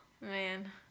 man